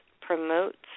promotes